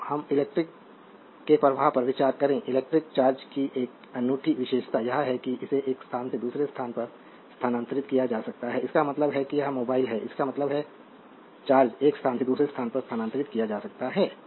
तो अब इलेक्ट्रिक के प्रवाह पर विचार करें इलेक्ट्रिक चार्ज की एक अनूठी विशेषता यह है कि इसे एक स्थान से दूसरे स्थान पर स्थानांतरित किया जा सकता है इसका मतलब है यह मोबाइल है इसका मतलब है चार्ज एक स्थान से दूसरे स्थान पर स्थानांतरित किया जा सकता है